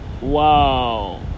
Wow